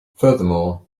furthermore